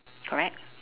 correct